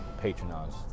patronize